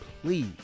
please